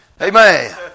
Amen